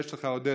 עודד,